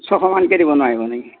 ছশ মানকে দিব নোৱাৰিব নেকি